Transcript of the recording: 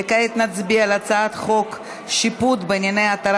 וכעת נצביע על הצעת חוק שיפוט בענייני התרת